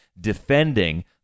defending